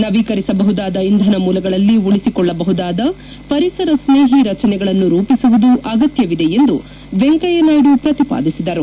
ನವೀಕರಿಸಬಹುದಾದ ಇಂಧನ ಮೂಲಗಳಲ್ಲಿ ಉಳಿಸಿಕೊಳ್ಳಬಹುದಾದ ಪರಿಸರ ಸ್ನೇಹಿ ರಚನೆಗಳನ್ನು ರೂಪಿಸುವುದು ಆಗತ್ಯವಿದೆ ಎಂದು ವೆಂಕಯ್ಯನಾಯ್ಡು ಪ್ರತಿಪಾದಿಸಿದರು